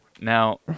Now